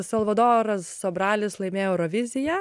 salvadoras sobralis laimėjo euroviziją